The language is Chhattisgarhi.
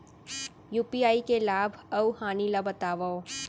यू.पी.आई के लाभ अऊ हानि ला बतावव